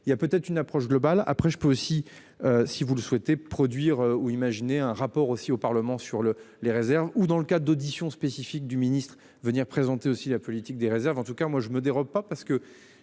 il y a peut-être une approche globale, après je peux aussi. Si vous le souhaitez, produire ou imaginer un rapport aussi au Parlement sur le les réserves ou dans le cadre d'audition spécifique du ministre venir présenter aussi la politique des réserves en tout cas moi je me dérobe pas parce que